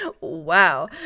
wow